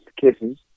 kisses